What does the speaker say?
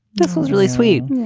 this was really sweet.